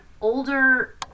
older